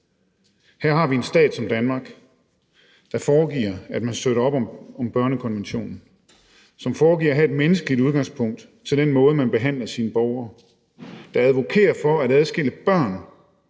»Her har vi en stat som Danmark, der foregiver, at man støtter op om Børnekonventionen, som foregiver at have et menneskeretligt udgangspunkt til den måde, man behandler sine borgere, der advokerer for at adskille børn,